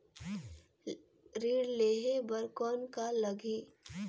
ऋण लेहे बर कौन का लगही?